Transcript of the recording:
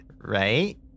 Right